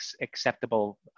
acceptable